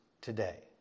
today